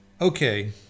Okay